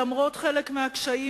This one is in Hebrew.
ולמרות חלק מהקשיים,